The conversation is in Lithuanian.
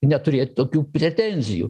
neturėt tokių pretenzijų